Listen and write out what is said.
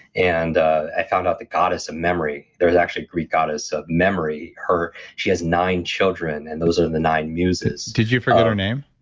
and ah i found out the goddess of memory, there's actually a greek goddess of memory, she has nine children and those are the nine muses did you forget her name?